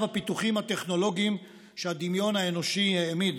הפיתוחים הטכנולוגיים שהדמיון האנושי העמיד,